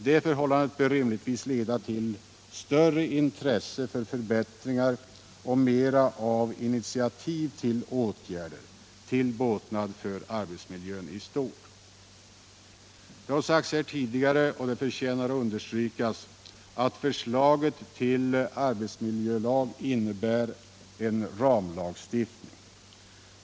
Detta bör rimligtvis leda till större intressen för förbättringar och mera av initiativ till åtgärder, till båtnad för arbetsmiljön i stort. Det har sagts här tidigare — och det förtjänar att understrykas — att arbetsmiljölagen är en ramlagstiftning.